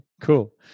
cool